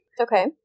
Okay